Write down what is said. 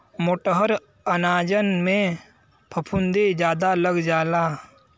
मोटहर अनाजन में फफूंदी जादा लग जाला